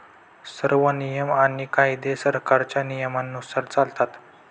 सर्व नियम आणि कायदे सरकारच्या नियमानुसार चालतात